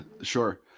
sure